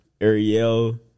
Ariel